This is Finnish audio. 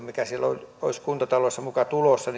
mikä siellä olisi kuntataloudessa muka tulossa